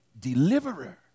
deliverer